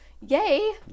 Yay